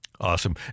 Awesome